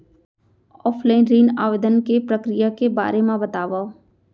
Offline ऋण आवेदन के प्रक्रिया के बारे म बतावव?